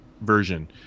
version